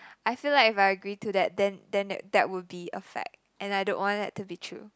I feel like if I agree to that then then that that would be a fact and I don't want that to be true